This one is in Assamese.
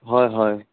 হয় হয়